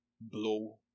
blow